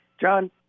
John